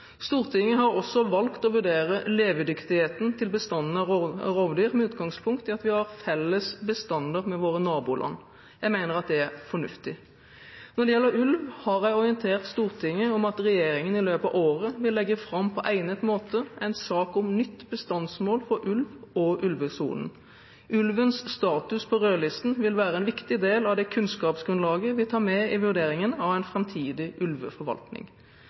Stortinget har også valgt å vurdere levedyktigheten til bestanden av rovdyr med utgangspunkt i at vi har felles bestander med våre naboland. Jeg mener at det er fornuftig. Når det gjelder ulv, har jeg orientert Stortinget om at regjeringen i løpet av året på egnet måte vil legge fram en sak om nytt bestandsmål for ulv og ulvesonen. Ulvens status på rødlisten vil være en viktig del av det kunnskapsgrunnlaget vi tar med i vurderingen av en framtidig ulveforvaltning.